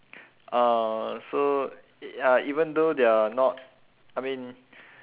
uh so uh even though they're not I mean